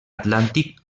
atlàntic